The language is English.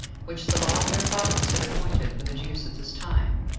which the law of their fathers had appointed for the jews at this time,